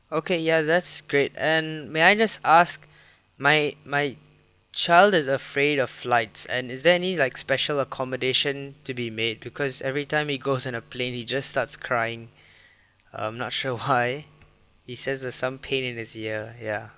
okay ya that's great and may I just ask my my child is afraid of flights and is there any like special accommodation to be made because every time he goes in a plane he just starts crying I'm not sure why he says there's some pain in his ear ya